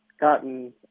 gotten